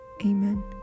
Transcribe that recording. amen